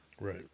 right